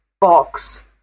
box